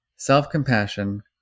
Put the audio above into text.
Self-compassion